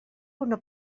una